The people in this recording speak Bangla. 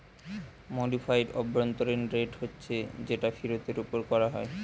মডিফাইড অভ্যন্তরীণ রেট হচ্ছে যেটা ফিরতের উপর কোরা হয়